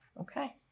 Okay